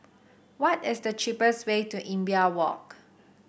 what is the cheapest way to Imbiah Walk